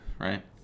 right